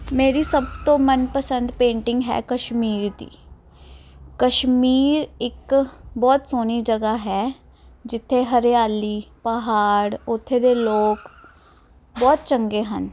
ਮੇਰੀ ਸਭ ਤੋਂ ਮਨ ਪਸੰਦ ਪੇਂਟਿੰਗ ਹੈ ਕਸ਼ਮੀਰ ਦੀ ਕਸ਼ਮੀਰ ਇੱਕ ਬਹੁਤ ਸੋਹਣੀ ਜਗ੍ਹਾ ਹੈ ਜਿੱਥੇ ਹਰਿਆਲੀ ਪਹਾੜ ਉੱਥੇ ਦੇ ਲੋਕ ਬਹੁਤ ਚੰਗੇ ਹਨ